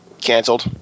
Cancelled